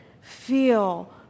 feel